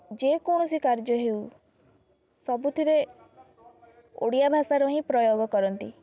ଯେକୌଣସି କାର୍ଯ୍ୟ ହେଉ ସବୁଥିରେ ଓଡ଼ିଆ ଭାଷାର ହିଁ ପ୍ରୟୋଗ କରନ୍ତି